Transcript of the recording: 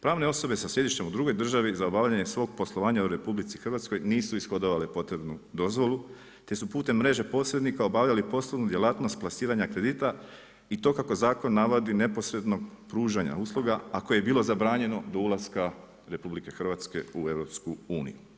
Pravne osobe sa sjedištem u drugoj državi za obavljanje svoga poslovanja u RH nisu ishodovale potrebnu dozvolu te su putem mreže posrednika obavljale poslovnu djelatnost plasiranja kredita i to kako zakon navodi, neposrednog pružanja usluga a koje je bilo zabranjeno do ulaska RH u EU.